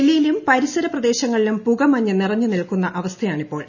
ഡൽഹിയിലും പരിസരപ്രദേശങ്ങളിലും പുകമഞ്ഞ് നിറഞ്ഞു നിൽക്കുന്ന അവസ്ഥയാണിപ്പോൾ